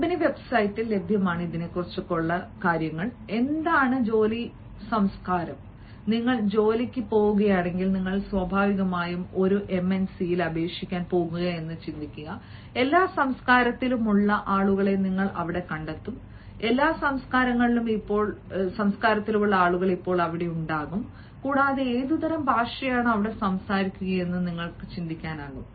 company വെബ്സൈറ്റിൽ ലഭ്യമാണ് എന്താണ് ജോലി സംസ്കാരം നിങ്ങൾ ജോലിക്ക് പോകുകയാണെങ്കിൽ നിങ്ങൾ സ്വാഭാവികമായും ഒരു എംഎൻസിയിൽ അപേക്ഷിക്കാൻ പോകുകയാണെങ്കിൽ എല്ലാ സംസ്കാരത്തിലുമുള്ള ആളുകളെ നിങ്ങൾ കണ്ടെത്തും എല്ലാ സംസ്കാരങ്ങളും ഇപ്പോൾ അവിടെ ഉണ്ടാകും കൂടാതെ ഏതുതരം ഭാഷയാണ് അവിടെ സംസാരിക്കുകയെന്നും നിങ്ങൾക്ക് ചിന്തിക്കാനാകും